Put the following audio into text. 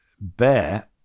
Bear